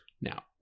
Now